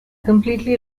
completely